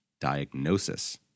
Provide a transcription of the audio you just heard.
diagnosis